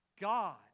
God